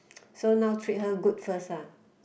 so now treat her good first ah